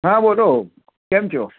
હા બોલો કેમ છો